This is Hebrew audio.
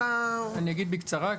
אני אגיד בקצרה.